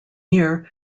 year